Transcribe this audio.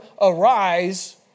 arise